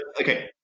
okay